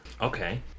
Okay